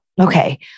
okay